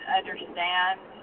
understand